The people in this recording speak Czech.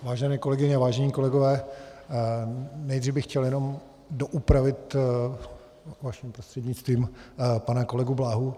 Vážené kolegyně, vážení kolegové, nejdřív bych chtěl jenom doupravit vaším prostřednictvím pana kolegu Bláhu.